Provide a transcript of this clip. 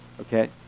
okay